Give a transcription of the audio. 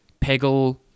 Peggle